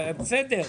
לא,